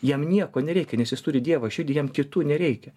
jam nieko nereikia nes jis turi dievą širdy jam kitų nereikia